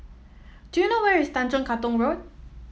do you know where is Tanjong Katong Road